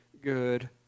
good